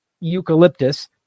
Eucalyptus